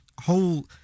whole